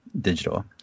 digital